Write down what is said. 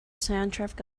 soundtrack